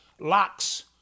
locks